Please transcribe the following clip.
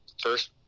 first